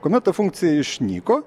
kuomet ta funkcija išnyko